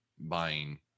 buying